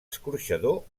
escorxador